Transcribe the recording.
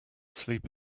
sleep